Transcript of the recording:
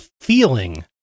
feeling